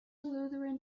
lutheran